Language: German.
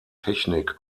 technik